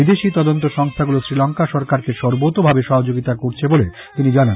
বিদেশী তদন্ত সংস্থাগুলো শ্রীলঙ্কা সরকারকে সর্বোত সহযোগিতা করছে বলে তিনি জানান